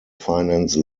finance